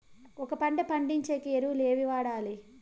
ఒక పంట పండించేకి ఎరువులు ఏవి వాడాలి?